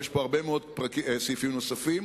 יש פה הרבה מאוד סעיפים נוספים,